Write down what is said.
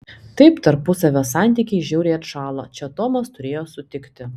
taip tarpusavio santykiai žiauriai atšąla čia tomas turėjo sutikti